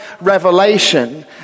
revelation